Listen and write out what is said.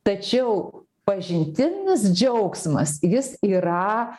tačiau pažintinis džiaugsmas jis yra